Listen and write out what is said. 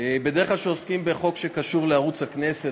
בדרך כלל כשעוסקים בחוק שקשור לערוץ הכנסת,